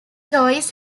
toys